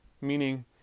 Meaning